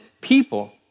people